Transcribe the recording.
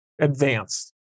Advanced